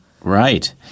Right